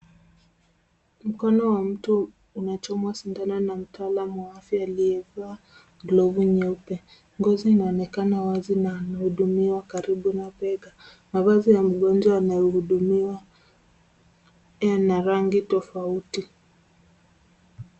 Mkono wa mtu unachomwa sindano na mtaalamu wa afya aliyevaa glovu nyeupe. Ngozi inaonekana wazi na anahudumiwa karibu na bega. Mavazi ya mgonjwa anayehudumiwa yana rangi tofauti.